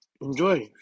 enjoy